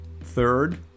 Third